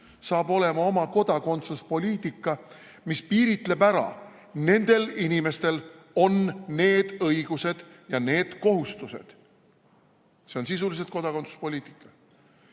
saab olema oma kodakondsuspoliitika, mis piiritleb ära: nendel inimestel on need õigused ja need kohustused. See on sisuliselt kodakondsuspoliitika.